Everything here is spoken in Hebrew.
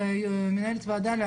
מנהלת הוועדה,